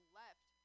left